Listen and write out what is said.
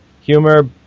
humor